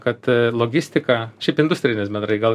kad logistika šiaip industrinis bendrai gal